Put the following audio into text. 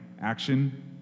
Action